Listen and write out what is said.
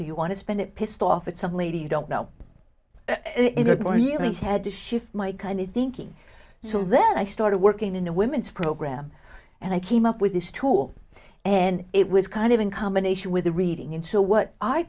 do you want to spend it pissed off at some lady you don't know good morning really had to shift my kind of thinking so then i started working in a women's program and i came up with this tool and it was kind of in combination with a reading into what i